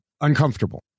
uncomfortable